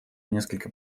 несколько